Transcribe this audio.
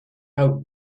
how